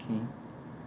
hmm